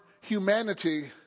humanity